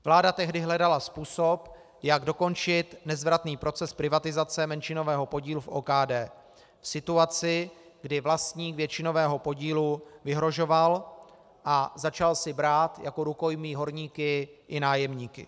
Vláda tehdy hledala způsob, jak dokončit nezvratný proces privatizace menšinového podílu v OKD, v situaci, kdy vlastník většinového podílu vyhrožoval a začal si brát jako rukojmí horníky i nájemníky.